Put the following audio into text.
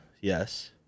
Yes